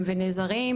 ונעזרים.